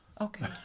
Okay